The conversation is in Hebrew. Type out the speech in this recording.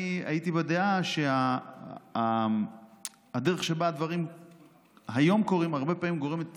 הייתי בדעה שהדרך שבה הדברים היום קורים הרבה פעמים גורמת